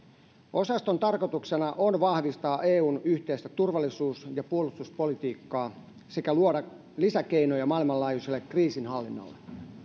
osaston tarkoituksena on vahvistaa eun yhteistä turvallisuus ja puolustuspolitiikkaa sekä luoda lisäkeinoja maailmanlaajuiselle kriisinhallinnalle